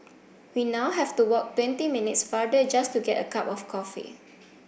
we now have to walk twenty minutes farther just to get a cup of coffee